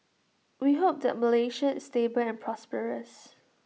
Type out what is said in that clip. we hope that Malaysia is stable and prosperous